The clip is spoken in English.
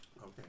okay